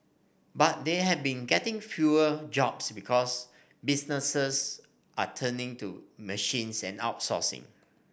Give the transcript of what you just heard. but they have been getting fewer jobs because businesses are turning to machines and outsourcing